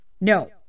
No